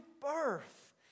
birth